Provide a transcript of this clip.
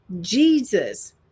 Jesus